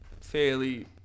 fairly –